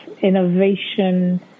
innovation